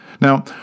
Now